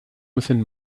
within